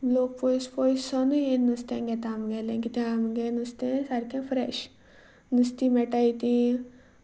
लोक पयस पयस सावनूय येवन नुस्तें घेतात आमगेलें कित्याक आमचें नुस्तें सारकें फ्रेश नुस्तें मेळटा तीं